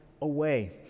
away